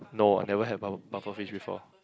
no I never had puffer pufferfish before